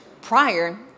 prior